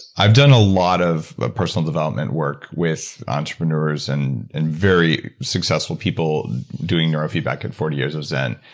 i've done a lot of ah personal development work with entrepreneurs and and very successful people doing neurofeedback and forty years of zen.